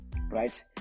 right